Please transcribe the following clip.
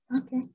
Okay